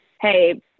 hey